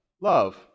love